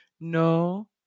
No